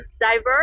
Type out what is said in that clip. diverse